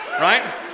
right